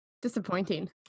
Disappointing